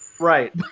Right